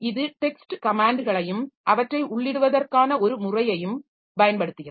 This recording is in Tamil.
இது டெக்ஸ்ட் கமேன்ட்களையும் அவற்றை உள்ளிடுவதற்கான ஒரு முறையையும் பயன்படுத்துகிறது